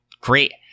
great